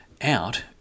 out